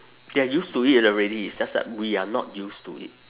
they are used to it already it's just that we are not used to it